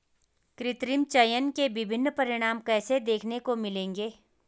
कृत्रिम चयन के विभिन्न परिणाम कैसे देखने को मिलेंगे?